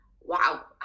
wow